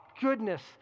goodness